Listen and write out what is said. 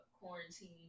quarantine